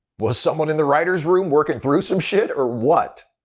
was someone in the writers room working through some shit or what?